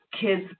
kids